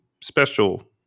special